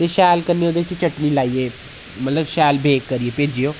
फ्ही शैल कन्नै ओह्दे च चटनी लाइयै मतलब शैल बेक करियै भेजेओ